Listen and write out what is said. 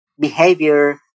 behavior